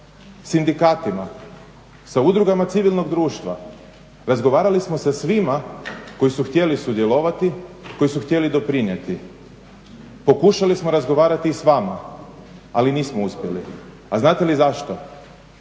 sindikatima, sa udrugama civilnog društva, razgovarali smo sa svima koji su htjeli sudjelovati, koji su htjeli doprinijeti. Pokušali smo razgovarati i s vama, ali nismo uspjeli. A znate li zašto?